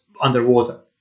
underwater